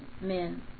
men